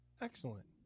Excellent